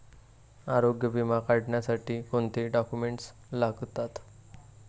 आरोग्य विमा काढण्यासाठी कोणते डॉक्युमेंट्स लागतात?